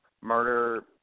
Murder